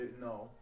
No